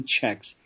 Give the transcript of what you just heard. checks